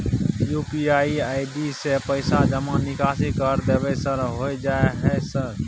UPI ID से पैसा जमा निकासी कर देबै सर होय जाय है सर?